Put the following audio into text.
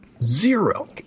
Zero